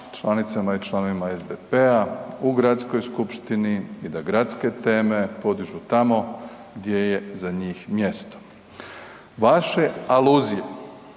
članicama i članovima SDP-a u gradskoj skupštini i da gradske teme podižu tamo gdje je za njih mjesto. Vaše aluzije,